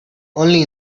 only